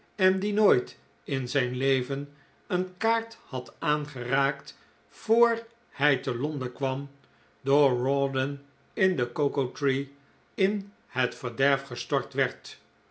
en die nooit in zijn leven een kaart had aangeraakt vr hij te londen kwam door rawdon in de cocoa tree in het verderf gestort werd